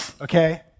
okay